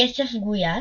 הכסף גויס,